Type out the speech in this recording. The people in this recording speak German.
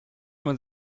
man